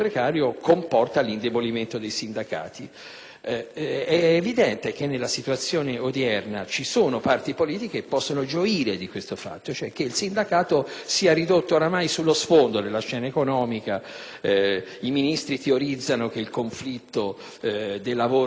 È evidente che nella situazione odierna ci sono parti politiche che possono gioire di questo fatto, ossia che il sindacato sia ridotto ormai sullo sfondo nella scena economica. I Ministri teorizzano che il conflitto del lavoro ormai non ha più ragione di esistere e la ragione